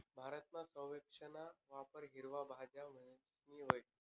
भारतमा स्क्वैशना वापर हिरवा भाज्या म्हणीसन व्हस